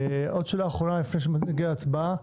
עוד שאלה אחרונה לפני שנגיע להצבעה.